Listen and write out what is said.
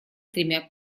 тремя